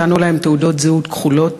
נתנו להם תעודות זהות כחולות,